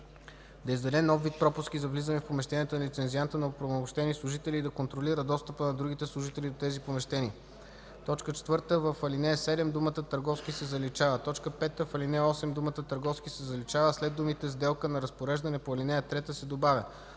да издаде нов вид пропуски за влизане в помещенията на лицензианта на оправомощени служители и да контролира достъпа на другите служители до тези помещения.” 4. В ал. 7 думата „търговски” се заличава. 5. В ал. 8 думата „търговски” се заличава, а след думите „сделка на разпореждане по ал. 3” се добавя